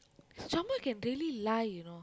someone can really lie you know